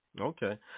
Okay